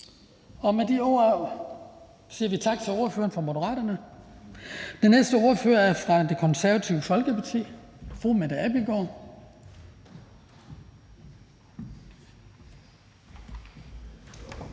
Med de ord siger vi tak til ordføreren fra Moderaterne. Den næste ordfører er fra Det Konservative Folkeparti. Fru Mette Abildgaard.